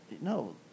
No